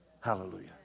hallelujah